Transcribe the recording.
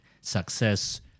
success